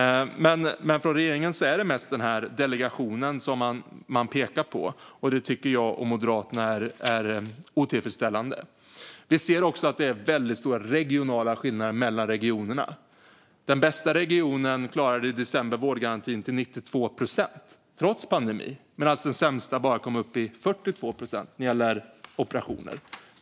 Men regeringen pekar mest på den här delegationen. Det tycker jag och Moderaterna är otillfredsställande. Vi ser också att det är stora skillnader mellan regionerna. Den bästa regionen klarade i december att hålla vårdgarantin till 92 procent, trots pandemin, medan den sämsta regionen bara kom upp i 42 procent när det gäller operationer.